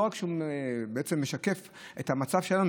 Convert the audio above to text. לא רק שהוא משקף את המצב שלנו,